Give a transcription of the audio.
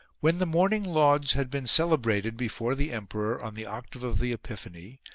when the morning lauds had been cele brated before the emperor on the octave of the epiphany,